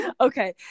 Okay